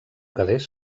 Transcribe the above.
quedés